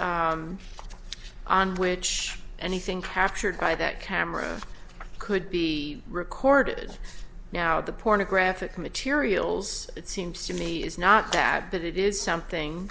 on which anything captured by that camera could be recorded now the pornographic materials it seems to me is not that but it is something